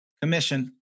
commission